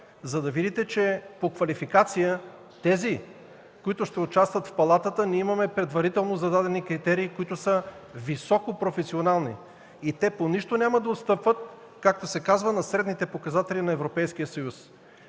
Ще видите, че по квалификация за тези, които ще участват в Палатата, имаме предварително зададени критерии, които са високо професионални и те по нищо няма да отстъпват, както се казва, на средните показатели на Европейския съюз.